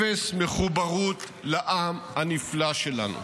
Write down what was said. אפס מחוברות לעם הנפלא שלנו.